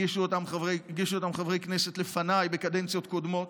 הגישו אותו חברי כנסת לפניי, בקדנציות קודמות.